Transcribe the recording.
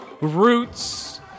Roots